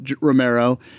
Romero